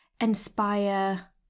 inspire